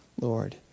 Lord